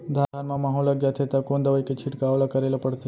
धान म माहो लग जाथे त कोन दवई के छिड़काव ल करे ल पड़थे?